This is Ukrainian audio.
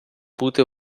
бути